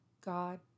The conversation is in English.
God